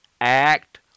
Act